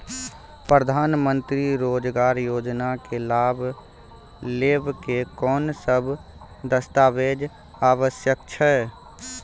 प्रधानमंत्री मंत्री रोजगार योजना के लाभ लेव के कोन सब दस्तावेज आवश्यक छै?